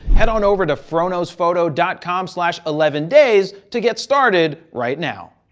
head on over to froknowsphoto dot com slash eleven days to get started right now.